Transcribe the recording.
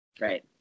Right